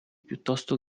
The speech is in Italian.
piuttosto